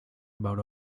about